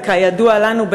וכידוע לנו,